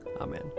Amen